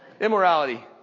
Immorality